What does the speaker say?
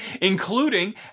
including